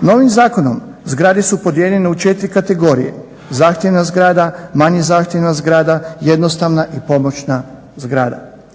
Novim zakonom zgrade su podijeljene u 4 kategorije: zahtjevna zgrada, manje zahtjevna zgrada, jednostavna i pomoćna zgrada.